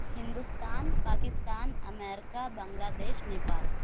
Hindustan Pakistan America Bangladesh Nepal